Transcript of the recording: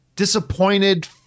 Disappointed